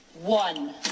one